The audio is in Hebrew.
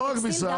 - -לא רק בישראל,